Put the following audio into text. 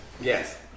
Yes